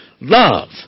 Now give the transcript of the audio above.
love